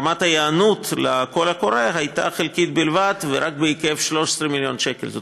רמת ההיענות לקול הקורא הייתה חלקית בלבד ורק בהיקף של 13 מיליון שקל.